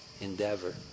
endeavor